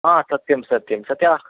सत्यं सत्यं सत्यं